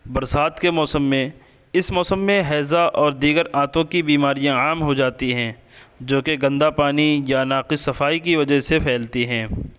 برسات کے موسم میں اس موسم میں ہیضہ اور دیگر آنتوں کی بیماریاں عام ہو جاتی ہیں جو کہ گندا پانی یا ناقص صفائی کی وجہ سے پھیلتی ہیں